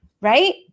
right